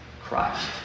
Christ